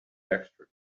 extra